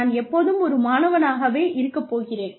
நான் எப்போதும் ஒரு மாணவனாக இருக்கப் போகிறேன்